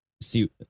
See